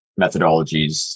methodologies